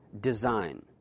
design